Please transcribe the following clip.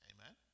Amen